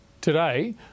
Today